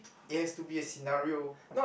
it has to be a scenario